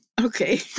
okay